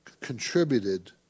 contributed